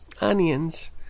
Onions